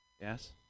Yes